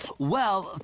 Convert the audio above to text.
well.